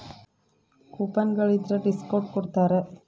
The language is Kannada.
ಕೂಪನ್ ಗಳಿದ್ರ ಡಿಸ್ಕೌಟು ಕೊಡ್ತಾರ